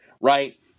right